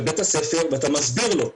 בבית הספר ואתה מסביר לו,